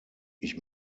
ich